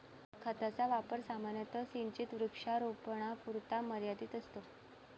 खताचा वापर सामान्यतः सिंचित वृक्षारोपणापुरता मर्यादित असतो